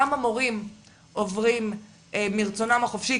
כמה מורים עוברים מרצונם החופשי,